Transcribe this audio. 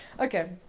okay